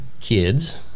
kids